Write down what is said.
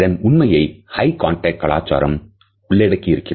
இதன் உண்மையை high contact கலாச்சாரம் உள்ளடக்கியிருக்கும்